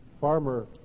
Farmer